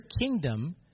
kingdom